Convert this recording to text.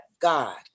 God